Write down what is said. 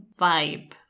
vibe